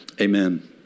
amen